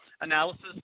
Analysis